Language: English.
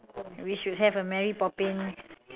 we should have a mary poppins